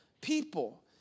people